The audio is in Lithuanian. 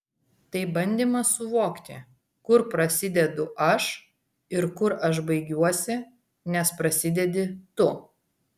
tai bandymas suvokti kur prasidedu aš ir kur aš baigiuosi nes prasidedi tu